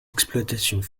exploitations